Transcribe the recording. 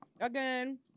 again